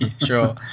Sure